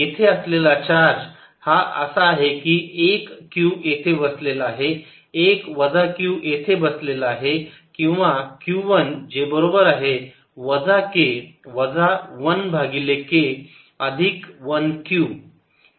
येथे असलेला चार्ज हा असा आहे की एक q येथे बसलेला आहे एक वजा q येथे वसलेला आहे किंवा q 1 जे बरोबर आहे वजा k वजा 1 भागिले k अधिक 1 q